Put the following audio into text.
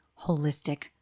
holistic